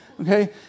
okay